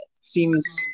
seems